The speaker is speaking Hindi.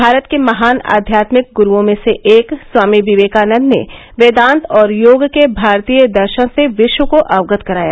भारत के महान आध्यात्मिक गुरूओं में से एक स्वामी विवेकानन्द ने वेदांत और योग के भारतीय दर्शन से विश्व को अवगत कराया